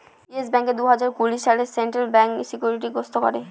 yes ব্যাঙ্ককে দুই হাজার কুড়ি সালে সেন্ট্রাল ব্যাঙ্ক সিকিউরিটি গ্রস্ত করে